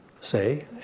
say